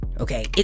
Okay